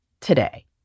today